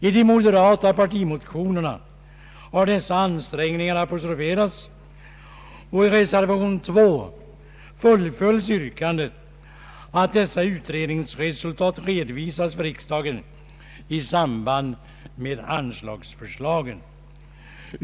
I de moderata partimotionerna har dessa ansträngningar observerats, och i reservation 2 fullföljs yrkandet att dessa utredningsresultat redovisas för riksdagen i samband med anslagsförslaget.